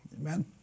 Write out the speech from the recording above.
Amen